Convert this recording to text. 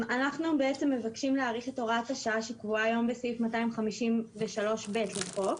אנחנו בעצם מבקשים להאריך את הוראת השעה שקבועה היום בסעיף 253(ב) לחוק.